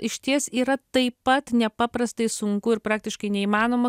išties yra taip pat nepaprastai sunku ir praktiškai neįmanoma